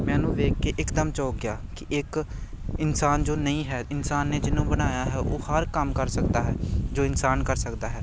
ਮੈਂ ਉਹਨੂੰ ਵੇਖ ਕੇ ਇਕਦਮ ਚੋਂਕ ਗਿਆ ਕਿ ਇੱਕ ਇਨਸਾਨ ਜੋ ਨਹੀਂ ਹੈ ਇਨਸਾਨ ਨੇ ਜਿਹਨੂੰ ਬਣਾਇਆ ਹੈ ਉਹ ਹਰ ਕੰਮ ਕਰ ਸਕਦਾ ਹੈ ਜੋ ਇਨਸਾਨ ਕਰ ਸਕਦਾ ਹੈ